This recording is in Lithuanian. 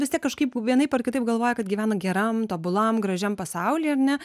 vis tiek kažkaip vienaip ar kitaip galvoja kad gyvena geram tobulam gražiam pasauly ar ne